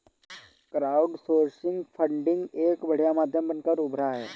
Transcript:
crowdsourcing funding का एक बढ़िया माध्यम बनकर उभरा है